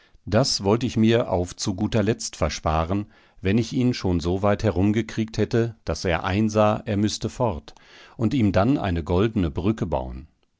das wollt ich mir auf zu guter letzt versparen wenn ich ihn schon so weit herumgekriegt hätte daß er einsah er müßte fort und ihm dann eine goldene brücke bauen